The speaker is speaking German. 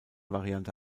variante